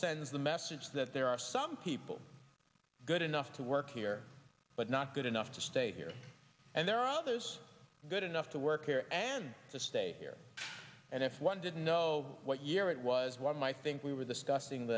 sends the message that there are some people good enough to work here but not good enough to stay here and there are others good enough to work here and to stay here and if one didn't know what year it was one might think we were discussing